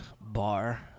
Bar